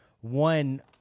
one